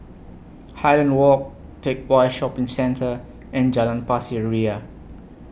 Highland Walk Teck Whye Shopping Centre and Jalan Pasir Ria